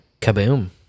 Kaboom